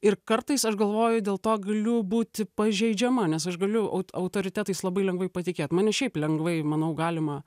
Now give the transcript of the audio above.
ir kartais aš galvoju dėl to galiu būti pažeidžiama nes aš galiu aut autoritetais labai lengvai patikėt mane šiaip lengvai manau galima